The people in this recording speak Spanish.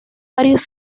varios